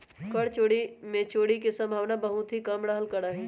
कर चोरी में चोरी के सम्भावना बहुत ही कम रहल करा हई